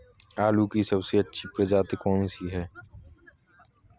आलू की सबसे अच्छी प्रजाति कौन सी है?